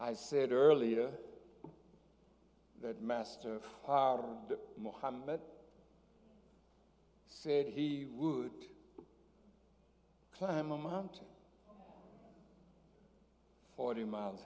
i said earlier that master mohamed said he would climb a mountain forty miles